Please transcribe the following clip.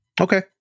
Okay